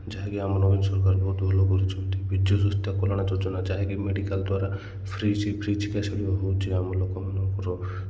ଯାହାକି ଆମ ନବୀନ ସରକାର ବହୁତ ଭଲ କରିଛନ୍ତି ବିଜୁ ସ୍ଵାସ୍ଥ୍ୟ କଲ୍ୟାଣ ଯୋଜନା ଯାହାକି ମେଡ଼ିକାଲ୍ ଦ୍ଵାରା ଫ୍ରୀ ଫ୍ରୀ ଚିକିତ୍ସା ବି ହେଉଛି ଆମ ଲୋକମାନଙ୍କର